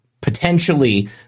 potentially